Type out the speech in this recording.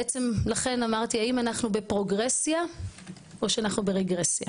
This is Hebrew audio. לכן אמרתי האם אנחנו בפרוגרסיה או שאנחנו ברגרסיה